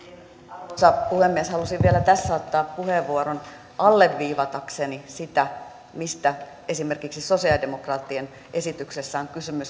arvoisa puhemies halusin vielä ottaa puheenvuoron alleviivatakseni sitä mistä esimerkiksi sosialidemokraattien esityksessä on kysymys